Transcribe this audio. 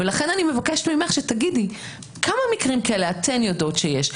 לכן אני מבקשת ממך שתגידי כמה מקרים כאלה אתן יודעות שיש?